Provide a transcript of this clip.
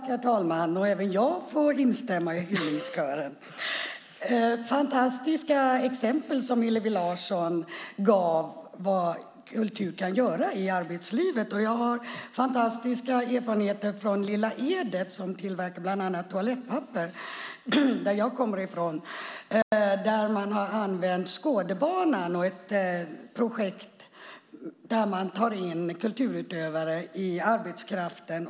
Herr talman! Även jag får instämma i hyllningskören. Hillevi Larsson gav goda exempel på vad kultur kan göra i arbetslivet. Jag har positiva erfarenheter från Lilla Edet, som jag kommer ifrån och där man tillverkar bland annat toalettpapper. Man har använt Skådebanan och ett projekt där man tar in kulturutövare i arbetskraften.